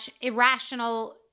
irrational